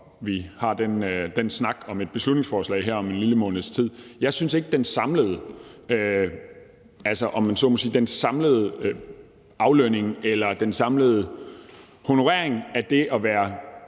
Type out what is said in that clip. vi har den snak om et beslutningsforslag her om en lille måneds tid. Jeg synes ikke, at den samlede – om man så må sige – aflønning eller den samlede honorering af det at være